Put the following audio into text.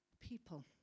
people